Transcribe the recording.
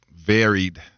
varied